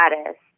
status